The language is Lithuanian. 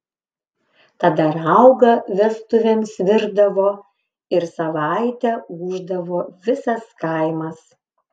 tada raugą vestuvėms virdavo ir savaitę ūždavo visas kaimas